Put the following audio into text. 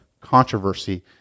controversy